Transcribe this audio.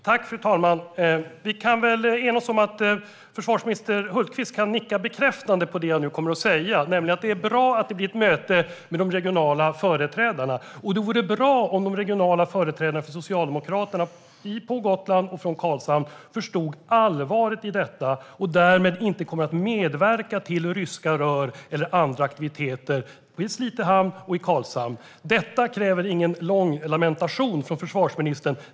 Fru talman! Vi kan väl enas om att försvarsminister Hultqvist kan nicka bekräftande i fråga om det jag nu kommer att säga: Det är bra att det blir ett möte med de regionala företrädarna. Och det vore bra om de regionala företrädarna för Socialdemokraterna på Gotland och i Karlshamn förstår allvaret i detta och därmed inte kommer att medverka till att det blir ryska rör eller andra aktiviteter i Slite hamn och i Karlshamn. Detta kräver ingen lång lamentation från försvarsministern.